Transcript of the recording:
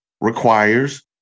requires